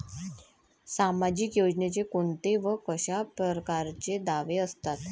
सामाजिक योजनेचे कोंते व कशा परकारचे दावे असतात?